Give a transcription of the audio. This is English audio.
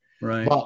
right